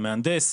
המהנדס,